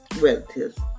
relatives